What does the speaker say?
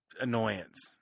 annoyance